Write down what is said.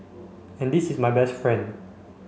and this is my best friend